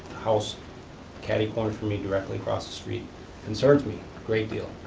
house catty-corner from me, directly across the street concerns me, a great deal.